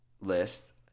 list